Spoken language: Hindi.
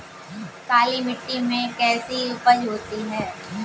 काली मिट्टी में कैसी उपज होती है?